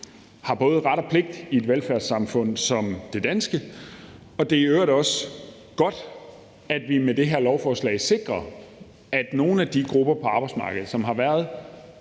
har ret og pligti et velfærdssamfund som det danske. Det er i øvrigt også godt, at vi med det her lovforslag siger til nogle af de grupper på arbejdsmarkedet, som har været